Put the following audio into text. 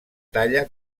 talla